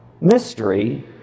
Mystery